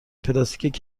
پلاستیک